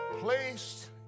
placed